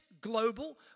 global